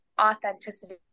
authenticity